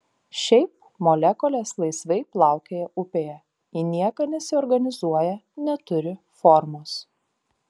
šiaip molekulės laisvai plaukioja upėje į nieką nesiorganizuoja neturi formos